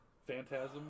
Phantasm